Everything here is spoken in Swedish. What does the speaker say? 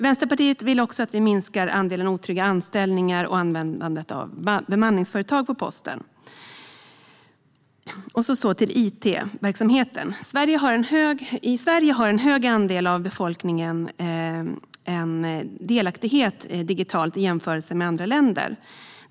Vänsterpartiet vill också att vi minskar andelen otrygga anställningar och användandet av bemanningsföretag på posten. Så kommer jag till it-verksamheten. I Sverige har en hög andel av befolkningen delaktighet digitalt i jämförelse med andra länder.